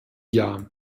jahr